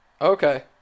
Okay